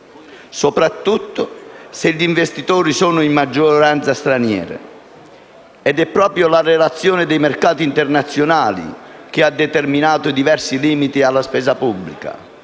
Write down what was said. soprattutto poi se gli investitori sono in maggioranza stranieri. È proprio la relazione con i mercati internazionali che ha determinato diversi limiti alla spesa pubblica.